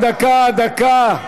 רק דקה, דקה.